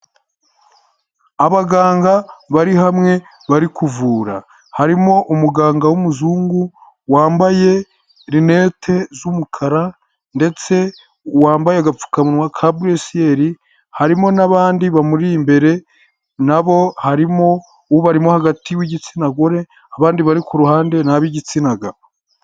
Abaganga bari hamwe bari kuvura harimo umuganga w'umuzungu wamba lunette z'umukara ndetse wambaye agapfukamunwa ka blue ciel harimo n'abandi ba muri imbere na bo harimo ubamo hagati w'igitsina gore abandi bari ku ruhande nab'igitsina gabo.